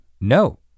No